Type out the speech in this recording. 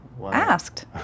Asked